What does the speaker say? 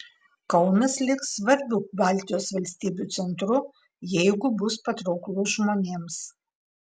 kaunas liks svarbiu baltijos valstybių centru jeigu bus patrauklus žmonėms